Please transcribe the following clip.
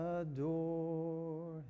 adore